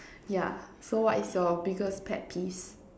yeah so what is your biggest pet peeves